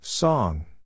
Song